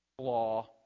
law